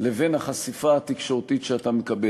לבין החשיפה התקשורתית שאתה מקבל.